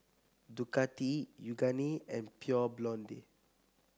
Ducati Yoogane and Pure Blonde